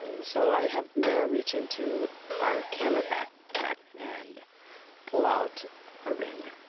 ah so i have mirra reach into our camera backpack and pull out a ring.